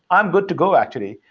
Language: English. i'm good to go actually.